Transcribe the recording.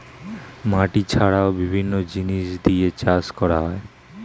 মাটি ছাড়াও বিভিন্ন জিনিস দিয়ে চাষ করা হয়